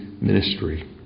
ministry